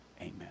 Amen